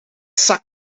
zak